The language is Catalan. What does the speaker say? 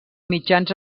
mitjans